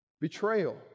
Betrayal